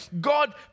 God